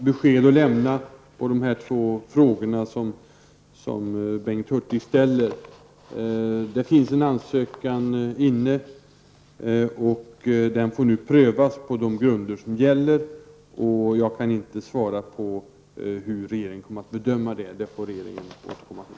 Herr talman! Jag har inte några besked att lämna på de två frågor som Bengt Hurtig ställer. En ansökan har lämnats in, och den får nu prövas på de grunder som gäller. Jag kan inte svara på hur regeringen kommer att bedöma den, utan det får regeringen återkomma till.